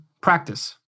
practice